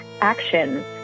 actions